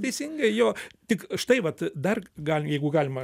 teisingai jo tik štai vat dar galim jeigu galima